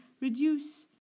reduce